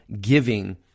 giving